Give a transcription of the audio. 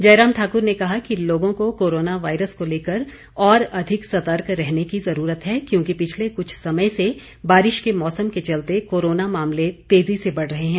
जयराम ठाकुर ने कहा कि लोगों को कोरोना वायरस को लेकर और अधिक सतर्क रहने की जरूरत है क्योंकि पिछले कुछ समय से बारिश के मौसम के चलते कोरोना मामले तेजी से बढ़ रहे हैं